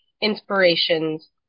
inspirations